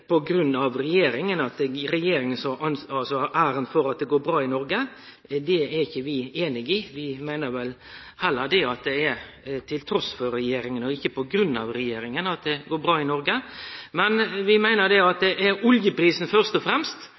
regjeringa som har æra for at det går bra i Noreg. Det er ikkje vi einige i. Vi meiner heller at det er trass i regjeringa og ikkje på grunn av regjeringa at det går bra i Noreg. Men vi meiner at det først og fremst er oljeprisen